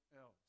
else